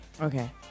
Okay